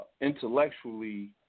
intellectually